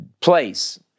place